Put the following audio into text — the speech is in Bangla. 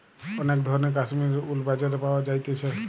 অনেক ধরণের কাশ্মীরের উল বাজারে পাওয়া যাইতেছে